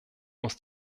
muss